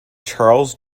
charles